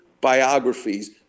biographies